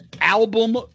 album